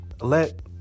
let